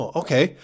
okay